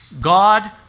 God